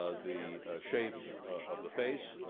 ah the shape of the face,